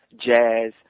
jazz